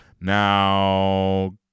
Now